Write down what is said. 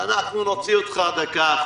אנחנו נוציא אותך דקה החוצה.